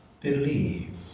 believe